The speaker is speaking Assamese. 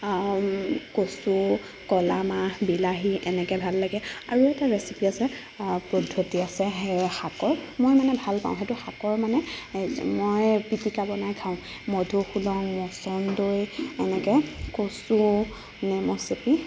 কচু কলামাহ বিলাহী এনেকৈ ভাল লাগে আৰু এটা ৰেচিপি আছে পদ্ধতি আছে শাকৰ মই মানে ভাল পাওঁ সেইটো শাকৰ মানে মই পিটিকা বনাই খাওঁ মধুসোলং মচন্দৈ এনেকৈ কচু নেমু চেপি